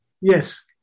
Yes